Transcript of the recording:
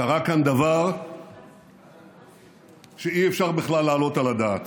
קרה כאן דבר שאי-אפשר בכלל להעלות על הדעת.